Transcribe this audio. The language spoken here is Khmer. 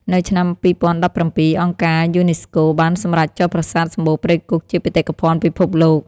នៅឆ្នាំ ២០១៧ អង្គការយូណេស្កូបានសម្រេចចុះប្រាសាទសំបូរព្រៃគុកជាបេតិកភណ្ឌពិភពលោក។